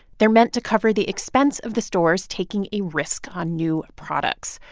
they're meant to cover the expense of the stores taking a risk on new products.